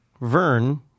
Vern